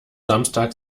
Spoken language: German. samstag